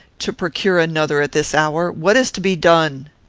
to procure another at this hour what is to be done?